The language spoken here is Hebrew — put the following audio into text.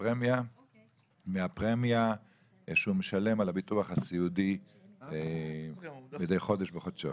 מהפרמיה שהוא משלם על הביטוח הסיעודי מדי חודש בחודשו.